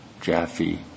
Jaffe